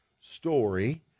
story